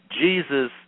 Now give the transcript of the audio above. Jesus